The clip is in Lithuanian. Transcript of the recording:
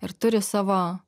ir turi savo